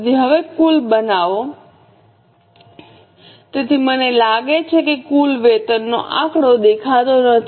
તેથી હવે કુલ બનાવો તેથી મને લાગે છે કે કુલ વેતન નો આંકડો દેખાતો નથી